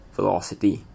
Velocity